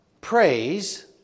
praise